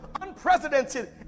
unprecedented